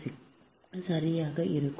c சரியாக இருக்கும்